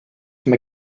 from